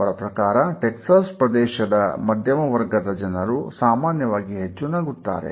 ಅವರ ಪ್ರಕಾರ ಟೆಕ್ಸಾಸ್ ಪ್ರದೇಶದ ಮಧ್ಯಮವರ್ಗದ ಜನರು ಸಾಮಾನ್ಯವಾಗಿ ಹೆಚ್ಚು ನಗುತ್ತಾರೆ